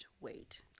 wait